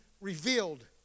revealed